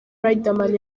riderman